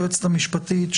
היועצת המשפטית,